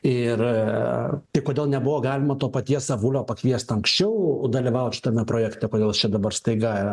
ir tik kodėl nebuvo galima to paties avulio pakviest anksčiau dalyvaut šitame projekte kodėl čia dabar staiga